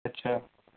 ਅੱਛਾ